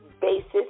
basis